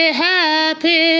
happy